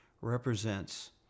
represents